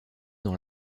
dans